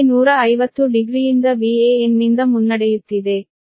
Vca 150 ಡಿಗ್ರಿಯಿಂದ Van ನಿಂದ ಮುನ್ನಡೆಯುತ್ತಿದೆ